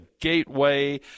Gateway